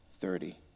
thirty